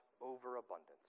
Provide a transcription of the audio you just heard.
overabundance